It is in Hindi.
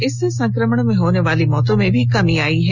इससे संक्रमण से होने वाली मौतों में भी कमी आई है